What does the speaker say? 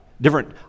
different